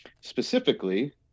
specifically